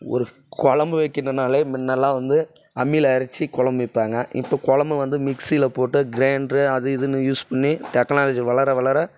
ஒரு குழம்பு வைக்கினுனாலே முன்னலாம் வந்து அம்மியில அரைச்சி குழம்பு வைப்பாங்க இப்போ குழம்பு வந்து மிக்ஸியில போட்டு கிரைண்ட்ரு அது இதுன்னு யூஸ் பண்ணி டெக்னலாஜி வளர வளர